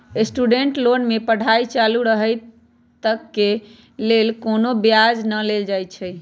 student loan में पढ़ाई चालू रहइत तक के लेल कोनो ब्याज न लेल जाइ छइ